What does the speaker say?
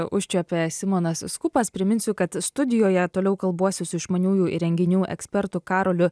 užčiuopė simonas skupas priminsiu kad studijoje toliau kalbuosi su išmaniųjų įrenginių ekspertu karoliu